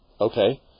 Okay